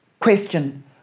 Question